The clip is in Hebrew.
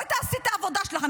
בואי תעשי את העבודה שלך.